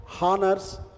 honors